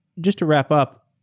just to wrap up,